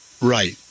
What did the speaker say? Right